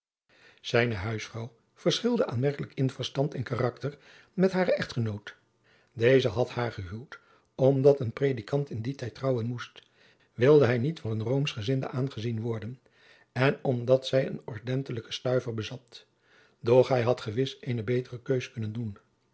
zijne huisvrouw verschilde aanmerkelijk in verstand en karakter met haren echtgenoot deze had haar gehuwd omdat een predikant in dien tijd trouwen moest wilde hij niet voor een roomschgezinde aangezien worden en omdat zij een ordentelijken stuiver bezat doch hij had gewis eene betere keuze kunnen doen